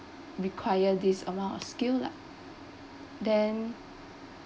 require this amount of skill lah then